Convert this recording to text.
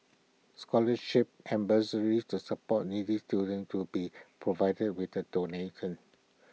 scholarships and bursaries to support needy students to be provided with the donation